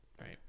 Right